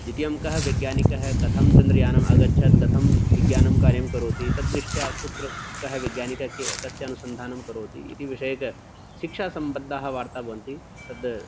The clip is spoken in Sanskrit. द्वितीयं कः वैज्ञानिकः कथं चन्द्रयानम् अगच्छत् कथं विज्ञानं कार्यं करोति तत् दृष्ट्या कुत्र कः वैज्ञानिकः के कस्य अनुसन्धानं करोति इति विषयकशिक्षासम्बद्धाः वार्ता भवन्ति तद्